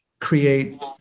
create